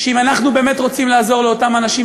שאם אנחנו באמת רוצים לעזור לאותם אנשים,